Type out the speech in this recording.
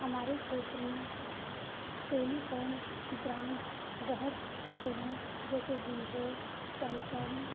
हमारे क्षेत्र में टेलीफ़ोन ब्रांड बहुत से हैं जैसे वीवो सैमसंग